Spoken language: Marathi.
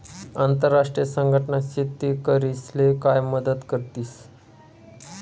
आंतरराष्ट्रीय संघटना शेतकरीस्ले काय मदत करतीस?